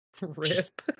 rip